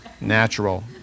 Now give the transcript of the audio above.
natural